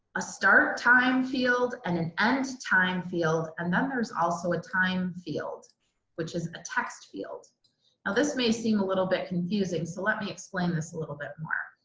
a start time field and an end time field. and then there's also a time field which is a text field. now this may seem a little bit confusing, so let me explain this a little bit more.